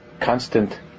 constant